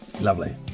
lovely